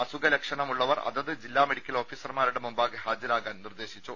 അസുഖ ലക്ഷണമുള്ളവർ അതത് ജില്ലാ മെഡിക്കൽ ഓഫീസർമാരുടെ മുമ്പാകെ ഹാജരാകാൻ നിർദ്ദേശിച്ചു